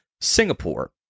Singapore